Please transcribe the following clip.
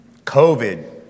COVID